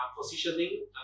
positioning